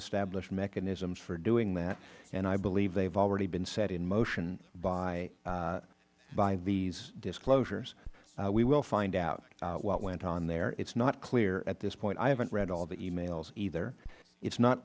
established mechanisms for doing that and i believe they have already been set in motion by these disclosures we will find out what went on there it is not clear at this point i haven't read all the e mails either it is not